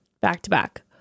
back-to-back